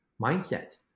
mindset